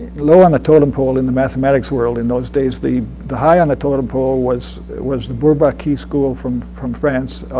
low on the totem pole in the mathematics world in those days. the the high on the totem pole was was the bourbaki school from from france,